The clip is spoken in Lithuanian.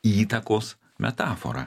įtakos metafora